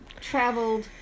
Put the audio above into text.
traveled